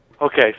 Okay